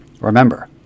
remember